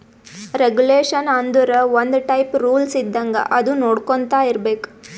regulation ಆಂದುರ್ ಒಂದ್ type rules ಇದ್ದಂಗ ಅದು ನೊಡ್ಕೊಂತಾ ಇರ್ಬೇಕ್